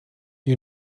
you